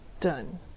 done